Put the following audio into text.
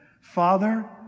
Father